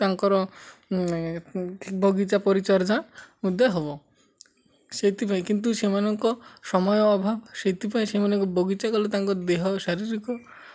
ତାଙ୍କର ବଗିଚା ପରିଚର୍ଜା ମଧ୍ୟ ହବ ସେଥିପାଇଁ କିନ୍ତୁ ସେମାନଙ୍କ ସମୟ ଅଭାବ ସେଥିପାଇଁ ସେମାନଙ୍କ ବଗିଚା କଲେ ତାଙ୍କ ଦେହ ଶାରୀରିକ